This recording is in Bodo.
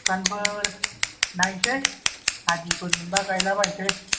सुखानफोर नायनोसै आदिफोर मोनबा गायलाबायनोसै